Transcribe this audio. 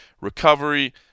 recovery